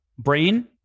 Brain